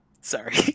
Sorry